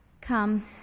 Come